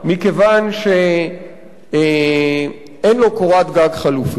מכיוון שאין לו קורת-גג חלופית,